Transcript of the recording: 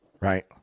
right